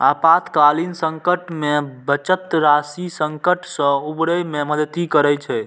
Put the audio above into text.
आपातकालीन संकट मे बचत राशि संकट सं उबरै मे मदति करै छै